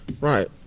Right